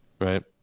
Right